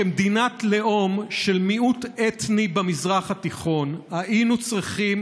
כמדינת לאום של מיעוט אתני במזרח התיכון היינו צריכים